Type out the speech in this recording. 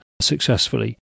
successfully